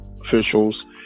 officials